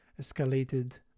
escalated